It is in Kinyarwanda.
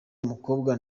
umukobwa